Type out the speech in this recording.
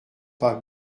pas